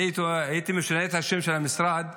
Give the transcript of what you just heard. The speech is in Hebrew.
אני הייתי משנה את השם של המשרד,